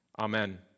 Amen